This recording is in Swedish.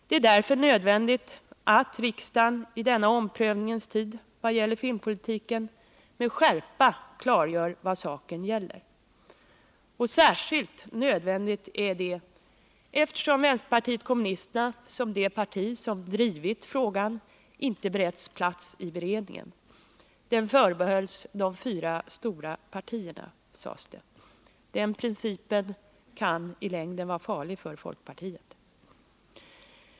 Det är därför nödvändigt att riksdagen i denna omprövningens tid vad gäller filmpolitiken med skärpa klargör vad saken gäller. Särskilt nödvändigt är detta eftersom vänsterpartiet kommunisterna, det parti som drivit frågan, inte beretts plats i beredningen. Det förbehölls de fyra stora partierna, sades det. Den principen kan i längden vara farlig för folkpartiet.